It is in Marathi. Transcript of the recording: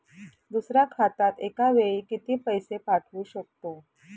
दुसऱ्या खात्यात एका वेळी किती पैसे पाठवू शकतो?